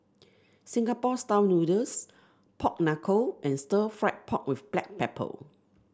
Singapore style noodles Pork Knuckle and Stir Fried Pork with Black Pepper